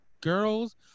girls